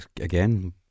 again